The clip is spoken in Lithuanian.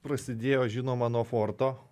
prasidėjo žinoma nuo forto